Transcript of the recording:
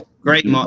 Great